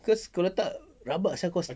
cause kalau tak rabak sia kau